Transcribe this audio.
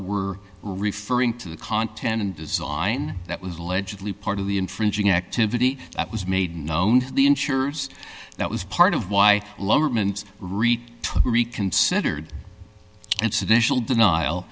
were referring to the content and design that was allegedly part of the infringing activity that was made known to the insurers that was part of why reconsidered it's additional denial